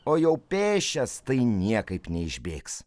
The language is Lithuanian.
o jau pėsčias tai niekaip neišbėgs